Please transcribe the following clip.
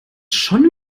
schon